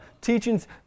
teachings